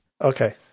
Okay